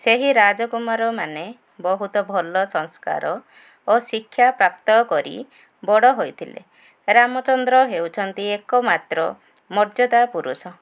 ସେହି ରାଜକୁମାର ମାନେ ବହୁତ ଭଲ ସଂସ୍କାର ଓ ଶିକ୍ଷା ପ୍ରାପ୍ତ କରି ବଡ଼ ହୋଇଥିଲେ ରାମଚନ୍ଦ୍ର ହେଉଛନ୍ତି ଏକମାତ୍ର ମର୍ଯ୍ୟାଦା ପୁରୁଷ